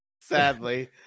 sadly